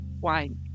wine